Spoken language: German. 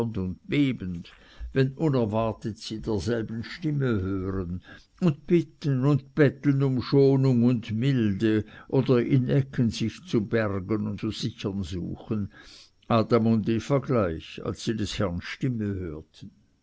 bebend wenn unerwartet sie derselben stimme hören und bitten und betteln um schonung und milde oder in ecken sich zu bergen und zu sichern suchen adam und eva gleich als sie des herrn stimme hörten